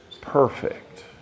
perfect